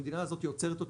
המדינה הזאת עוצרת אותי,